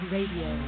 Radio